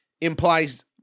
implies